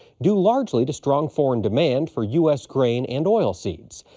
due largely to strong foreign demand for u s. grain and oilseeds.